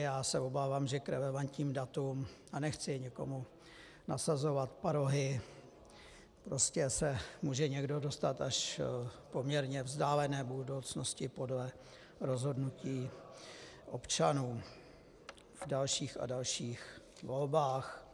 Já se obávám, že k relevantním datům, a nechci nikomu nasazovat parohy, prostě se může někdo dostat až k poměrně vzdálené budoucnosti podle rozhodnutí občanů v dalších a dalších volbách.